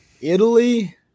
Italy